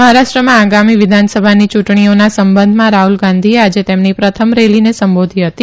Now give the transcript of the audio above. મહારાષ્ટ્રમાં આગામી વિધાનસભાની ચુંટણીઓના સંબંધમાં રાહ્લ ગાંધીએ આજે તેમની પ્રથમ રેલીને સંબોધી હતી